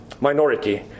minority